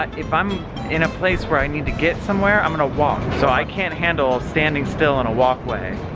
if i'm in a place where i need to get somewhere, i'm gonna walk, so i can't handle standing still on a walkway,